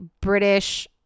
British